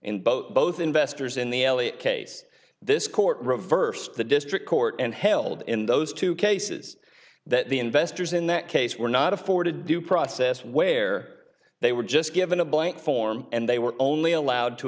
in both both investors in the elliott case this court reversed the district court and held in those two cases that the investors in that case were not afforded due process where they were just given a blank form and they were only allowed to